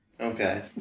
Okay